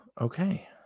okay